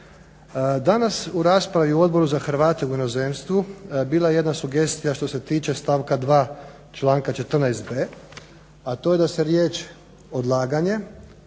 Danas u raspravi u Odboru za Hrvate u inozemstvu bila je jedna sugestija što se tiče stavka 2.članka 14.b, a to je da se riječ odlaganje